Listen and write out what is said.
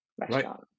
restaurant